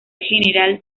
general